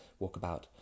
Walkabout